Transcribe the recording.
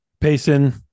Payson